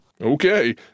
Okay